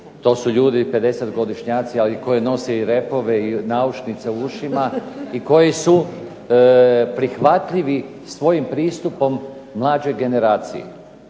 To su ljudi pedesetgodišnjaci, ali koji nose i repove i naušnice u ušima i koji su prihvatljivi svojim pristupom mlađoj generaciji.